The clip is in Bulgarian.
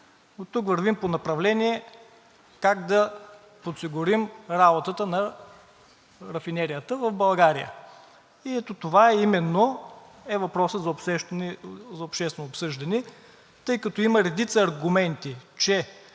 Оттук вървим по направление как да подсигурим работата на рафинерията в България. И ето това именно е въпросът за обществено обсъждане. Тъй като има редица аргументи, че